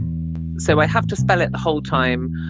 so i have to spell it the whole time.